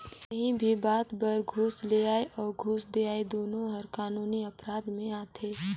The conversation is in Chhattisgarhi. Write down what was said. काहीं भी बात बर घूस लेहई अउ घूस देहई दुनो हर कानूनी अपराध में आथे